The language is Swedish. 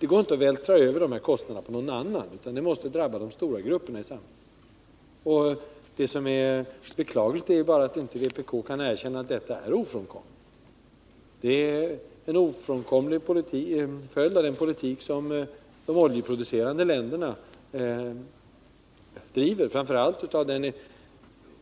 Det går inte att vältra över de kostnaderna på några andra, utan de måste drabba de stora grupperna i samhället. Det är beklagligt att vpk inte kan erkänna att detta är ofrånkomligt. Det är en ofrånkomlig följd av den politik som de oljeproducerande länderna driver, framför allt av den